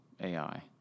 AI